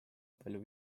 palju